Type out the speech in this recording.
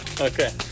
Okay